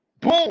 Boom